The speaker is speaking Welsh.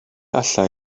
alla